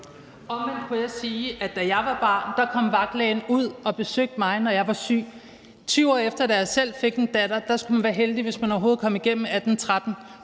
Omvendt kunne jeg sige, at da jeg var barn, kom vagtlægen ud og besøgte mig, når jeg var syg. 20 år efter, da jeg selv fik en datter, skulle man være heldig, hvis man overhovedet kom igennem på 1813,